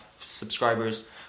subscribers